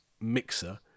mixer